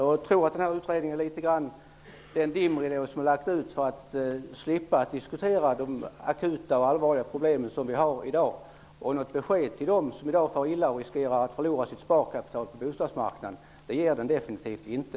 Jag tror att denna utredning är något av en dimridå som man har lagt ut för att slippa att diskutera de akuta och allvarliga problem vi i dag har. Något besked till dem som i dag far illa och riskerar att förlora sitt sparkapital på bostadsmarknaden ger den definitivt inte.